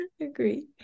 agree